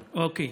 אוקיי.